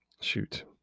shoot